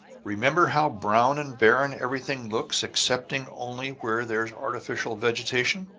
remember how brown and barren everything looks excepting only where there's artificial vegetation?